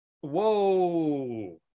Whoa